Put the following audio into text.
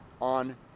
on